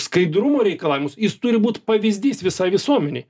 skaidrumo reikalavimus jis turi būt pavyzdys visai visuomenei